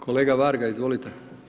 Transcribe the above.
Kolega Varga izvolite.